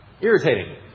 Irritating